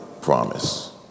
promise